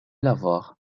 lavaur